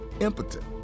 impotent